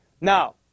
Now